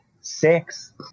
six